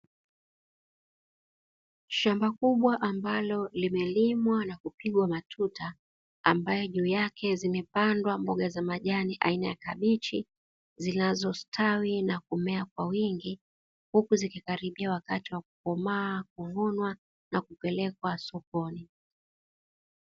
Shamba kubwa ambalo limelimwa na kupigwa matuta ambayo juu yake zimepandwa mboga za majani aina ya kabichi zinazostawi na kumea kwa wingi huku zikikaribia wakati wa kukomaa, kuvunwa na kupelekwa sokoni.